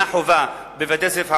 אינם חובה בבתי-ספר ערביים.